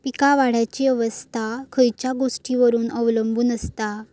पीक वाढीची अवस्था खयच्या गोष्टींवर अवलंबून असता?